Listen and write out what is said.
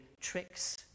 tricks